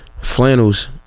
Flannels